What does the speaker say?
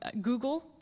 Google